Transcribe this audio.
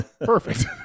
perfect